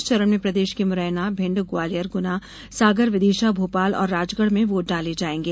इस चरण में प्रदेश की मुरैना भिंड ग्वालियर ग्ना सागर विदिशा भोपाल और राजगढ़ में वोट डाले जायेंगे